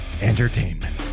Entertainment